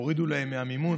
הורידו להם מהמימון,